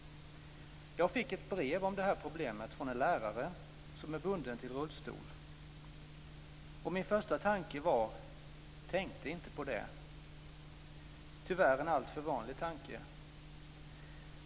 Jag fick ett brev om det här problemet från en lärare som är bunden till rullstol. Min första tanke var: "Tänkte inte på det." Tyvärr är det en alltför vanlig tanke.